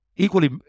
Equally